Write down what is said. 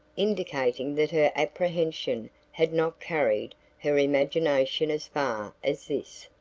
indicating that her apprehension had not carried her imagination as far as this.